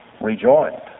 rejoined